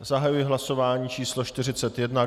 Zahajuji hlasování číslo 41.